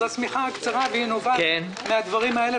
השמיכה קצרה והיא נובעת מן הדברים האלה.